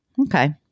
Okay